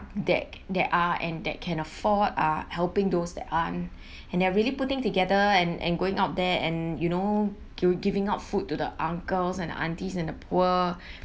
that that are and they can afford are helping those that aren't and they're really putting together and and going out there and you know to giving out food to the uncles and aunties and the poor